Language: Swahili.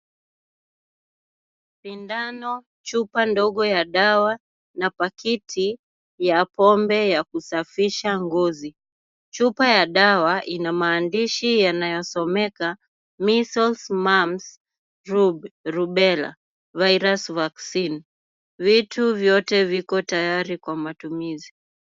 Sindano, chupa ndogo ya dawa na pakiti ya pombe ya kusafisha ngozi. Chupa ya dawa ina maandishi yanayosomeka measles, mumps, rubella virus vaccine . Vitu vyote viko tayari kwa matumizi.